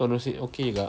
corner seat okay juga